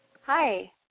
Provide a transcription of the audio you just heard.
Hi